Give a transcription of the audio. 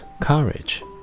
courage